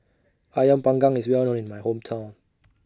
Ayam Panggang IS Well known in My Hometown